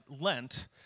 Lent